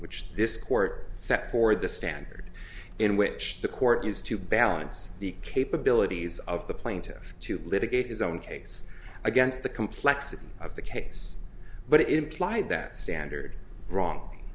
which this court set for the standard in which the court used to balance the capabilities of the plaintiff to litigate his own case against the complexity of the case but it implied that standard wrong